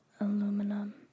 Aluminum